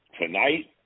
Tonight